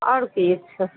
आओर किछु